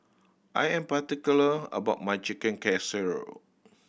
I am particular about my Chicken Casserole